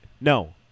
No